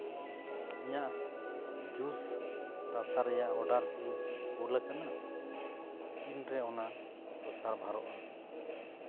ᱤᱧᱟᱹᱜ ᱡᱩᱥ ᱨᱟᱥᱟ ᱨᱮᱭᱟᱜ ᱚᱰᱟᱨ ᱠᱤ ᱠᱩᱞ ᱟᱠᱟᱱᱟ ᱛᱤᱱᱨᱮ ᱚᱱᱟ ᱫᱚ ᱥᱟᱨᱵᱷᱟᱨᱚᱜᱼᱟ